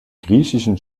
griechischen